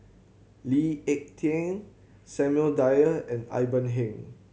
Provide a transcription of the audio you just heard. Lee Ek Tieng Samuel Dyer and Ivan Heng